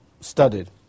studied